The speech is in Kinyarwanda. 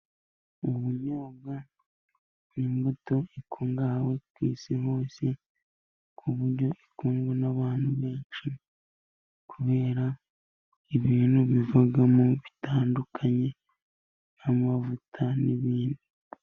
Ubunyobwa n'imbuto ikungahaye ku Isi hose ku buryo ikundwa n'abantu benshi ,kubera ibintu bivamo bitandukanye nk'amavuta n'ibindi.